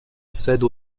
cède